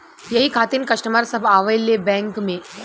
यही खातिन कस्टमर सब आवा ले बैंक मे?